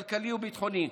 כלכלי וביטחוני.